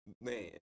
Man